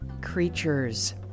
creatures